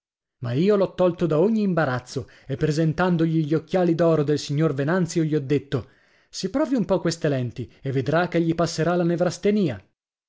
ma io l'ho tolto da ogni imbarazzo e presentandogli gli occhiali d'oro del signor venanzio gli ho detto si provi un po queste lenti e vedrà che gli passerà la